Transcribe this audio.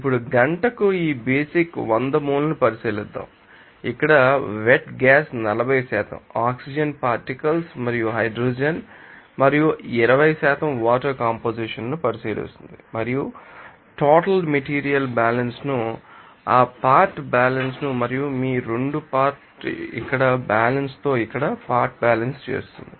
ఇప్పుడు గంటకు ఈ బేసిక్ వంద మోల్ను పరిశీలిద్దాం ఇక్కడ వెట్ గ్యాస్ 40 ఆక్సిజన్ పార్టీకెల్స్ మరియు హైడ్రోజన్ మరియు 20 వాటర్ కంపొజిషన్ ను పరిశీలిస్తుంది మరియు టోటల్ టోటల్ మెటీరియల్ బ్యాలన్స్ ను మరియు ఆ పార్ట్ బ్యాలన్స్ ను మరియు మీ 2 పార్ట్ ఇక్కడ బ్యాలన్స్ తో ఇక్కడ పార్ట్ బ్యాలెన్స్ చేస్తుంది